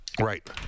Right